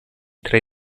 tre